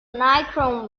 nichrome